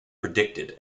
predicted